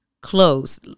close